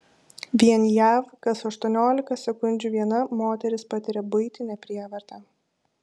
vien jav kas aštuoniolika sekundžių viena moteris patiria buitinę prievartą